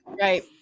Right